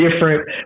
different